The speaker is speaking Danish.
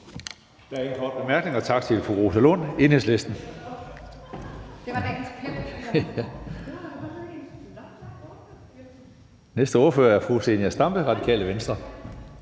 ønsker om korte bemærkninger. Tak til fru Rosa Lund, Enhedslisten. Den næste ordfører er fru Zenia Stampe, Radikale Venstre.